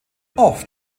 oft